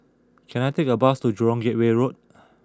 can I take a bus to Jurong Gateway Road